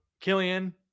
Killian